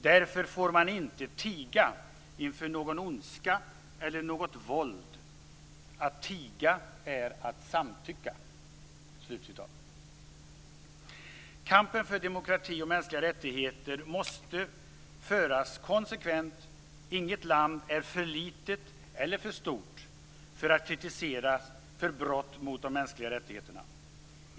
Därför får man inte tiga inför någon ondska eller något våld: att tiga är att samtycka." Kampen för demokrati och mänskliga rättigheter måste föras konsekvent. Inget land är för litet eller för stort för att kritiseras för brott mot de mänskliga rättigheterna.